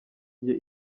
njye